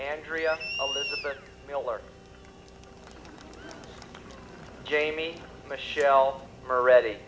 andrea miller jamie michelle ready